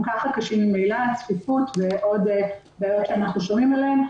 כך קשים מבחינת הצפיפות ועוד בעיות שאנחנו שומעים עליהן.